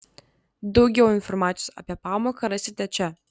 daugiau informacijos apie pamoką rasite čia